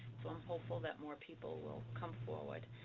so i'm hopeful that more people will come forward.